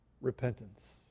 repentance